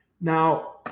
Now